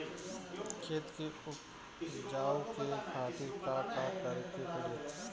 खेत के उपजाऊ के खातीर का का करेके परी?